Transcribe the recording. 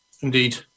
Indeed